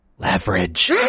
Leverage